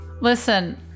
Listen